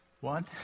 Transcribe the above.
one